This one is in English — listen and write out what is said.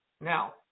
Now